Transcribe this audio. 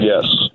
Yes